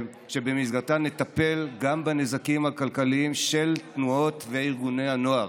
שבמסגרתה נטפל גם בנזקים הכלכליים לתנועות וארגוני הנוער.